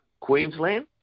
Queensland